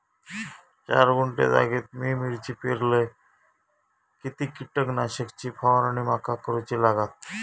चार गुंठे जागेत मी मिरची पेरलय किती कीटक नाशक ची फवारणी माका करूची लागात?